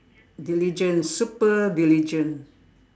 diligent super diligent